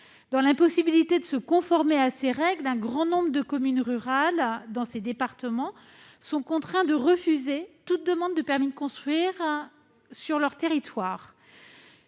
Faute de pouvoir se conformer à ces règles, un grand nombre de communes rurales de ces départements sont contraintes de refuser toute demande de permis de construire sur leur territoire.